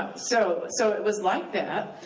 so so it was like that.